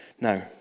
Now